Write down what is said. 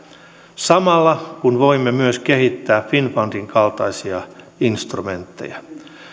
samalla kun voimme myös kehittää finnfundin kaltaisia instrumentteja